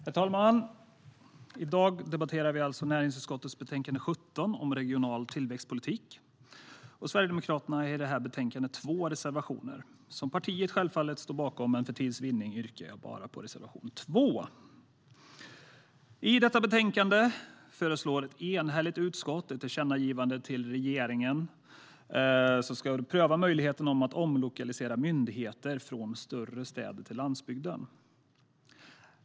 Herr talman! Nu debatterar vi näringsutskottets betänkande 17 om regional tillväxtpolitik. Sverigedemokraterna har i detta betänkande två reservationer som partiet självfallet står bakom, men för tids vinnande yrkar jag bifall bara till reservation 2. I detta betänkande föreslår ett enhälligt utskott ett tillkännagivande om att regeringen ska pröva möjligheterna att omlokalisera myndigheter från större städer till landsbygden.